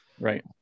right